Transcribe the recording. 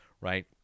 right